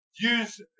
use